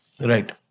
Right